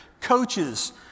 coaches